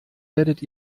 werdet